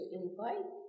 invite